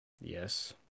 Yes